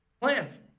plants